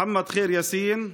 חמד ח'יר יאסין,